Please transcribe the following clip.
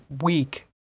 week